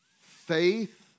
Faith